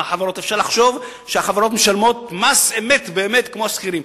אפשר לחשוב שהחברות משלמות מס אמת באמת כמו השכירים.